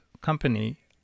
company